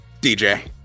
dj